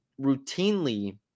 routinely